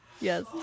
Yes